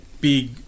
big